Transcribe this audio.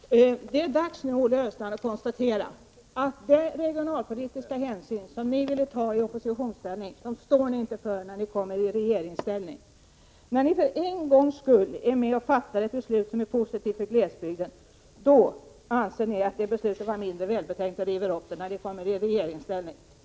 Herr talman! Olle Östrand, det är dags att konstatera att de regionalpolitiska hänsyn som ni ville ta i oppositionsställning står ni inte för när ni kommer i regeringsställning. När ni för en gångs skull är med och fattar ett beslut som är positivt för glesbygden, då anser ni att det beslutet var mindre välbetänkt och river upp det när ni kommer i regeringsställning.